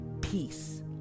peace